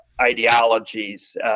Ideologies